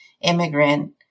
immigrant